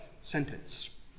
sentence